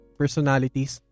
personalities